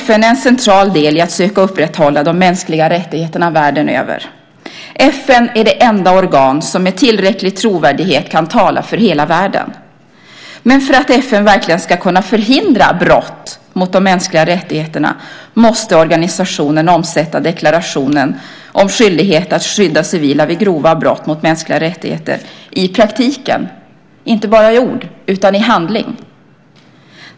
FN är en central del i att söka upprätthålla de mänskliga rättigheterna världen över. FN är det enda organ som med tillräcklig trovärdighet kan tala för hela världen. Men för att FN verkligen ska kunna förhindra brott mot de mänskliga rättigheterna måste organisationen omsätta deklarationen om skyldighet att skydda civila vid grova brott mot mänskliga rättigheter i praktiken, inte bara i ord utan i handling.